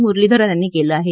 मुरलीधरन यांनी केलं आहे